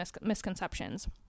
misconceptions